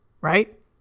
right